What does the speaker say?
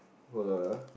hold on uh